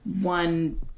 One